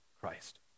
Christ